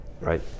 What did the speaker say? Right